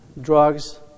drugs